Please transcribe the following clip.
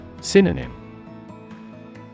Synonym